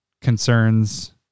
concerns